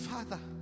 Father